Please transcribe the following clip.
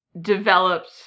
developed